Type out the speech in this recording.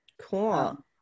cool